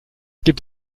gibt